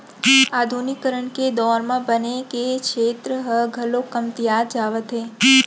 आधुनिकीकरन के दौर म बन के छेत्र ह घलौ कमतियात जावत हे